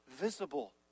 visible